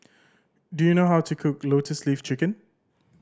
do you know how to cook Lotus Leaf Chicken